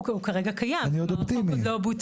הוא כרגע קיים, לא בוטל.